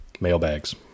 mailbags